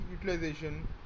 utilization